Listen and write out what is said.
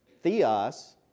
Theos